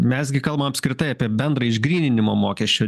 mes gi kalbam apskritai apie bendrą išgryninimo mokesčio